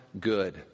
good